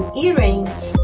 earrings